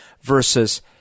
versus